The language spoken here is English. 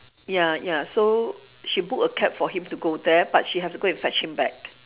ya ya so she book a cab for him to go there but she have to go and fetch him back